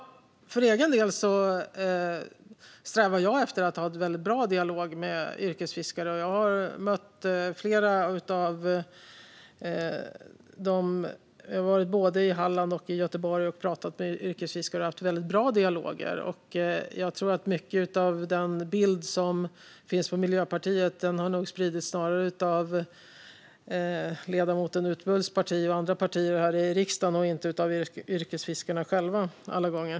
För egen del strävar jag efter att ha en bra dialog med yrkesfiskare. Jag har varit i både Halland och Göteborg och pratat med yrkesfiskare och haft bra dialoger. Jag tror att mycket av den bild som finns av Miljöpartiet snarare har spridits av ledamoten Utbults parti och andra partier här i riksdagen, inte av yrkesfiskarna själva.